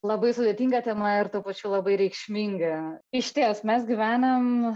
labai sudėtinga tema ir tuo pačiu labai reikšminga išties mes gyvenam